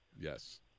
yes